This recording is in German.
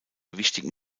wichtigen